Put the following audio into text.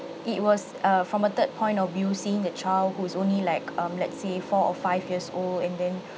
it was uh from a third point of view seeing the child who is only like um let's say four or five years old and then